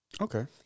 Okay